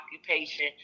occupation